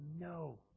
no